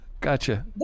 gotcha